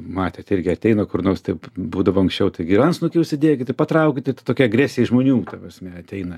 matėt irgi ateina kur nors taip būdavo anksčiau taigi antsnukį užsidėkit patraukit tai ta tokia agresija iš žmonių ta prasme ateina